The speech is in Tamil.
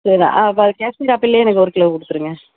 சரி ஆ வ காஷ்மீர் ஆப்பிளிலே எனக்கு ஒரு கிலோ கொடுத்துருங்க